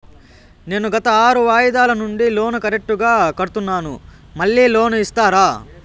నేను గత ఆరు వాయిదాల నుండి లోను కరెక్టుగా కడ్తున్నాను, మళ్ళీ లోను ఇస్తారా?